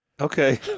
Okay